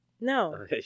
no